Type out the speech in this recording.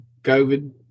COVID